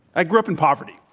i grew up in poverty.